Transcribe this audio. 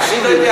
תקשיב לי,